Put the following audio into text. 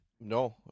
No